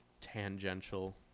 tangential